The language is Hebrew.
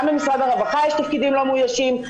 גם במשרד הרווחה יש תפקידים לא מאוישים,